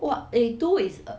!wah! eh two is err